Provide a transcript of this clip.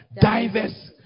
Diverse